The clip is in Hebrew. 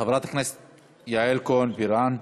חברת הכנסת יעל כהן-פארן,